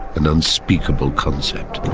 an unspeakable concept.